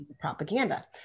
propaganda